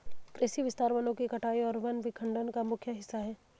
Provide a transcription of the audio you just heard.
कृषि विस्तार वनों की कटाई और वन विखंडन का मुख्य हिस्सा है